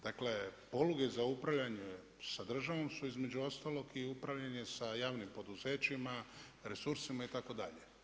Dakle, poluge za upravljanje sa državom su između ostalog i upravljanje sa javnim poduzećima, resursima itd.